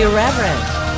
Irreverent